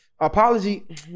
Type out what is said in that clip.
Apology